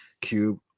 cube